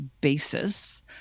basis